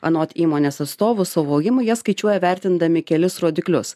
anot įmonės atstovų suvo augimą jie skaičiuoja vertindami kelis rodiklius